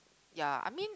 ya I mean